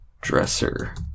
dresser